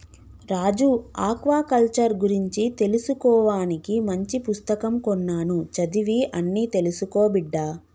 రాజు aquaculture గురించి తెలుసుకోవానికి మంచి పుస్తకం కొన్నాను చదివి అన్ని తెలుసుకో బిడ్డా